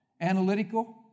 Analytical